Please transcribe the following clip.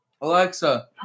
Alexa